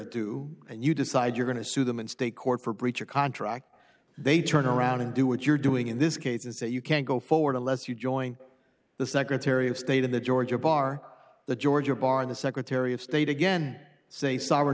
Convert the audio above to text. do and you decide you're going to sue them in state court for breach of contract they turn around and do what you're doing in this case and say you can't go forward unless you join the secretary of state and the georgia bar the georgia bar and the secretary of state again say sovereign